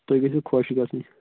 تُہۍ گٔژھِوٕ خۄش گژھٕنۍ